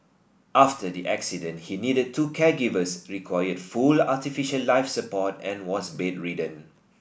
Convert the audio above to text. after the accident he needed two caregivers required full artificial life support and was bedridden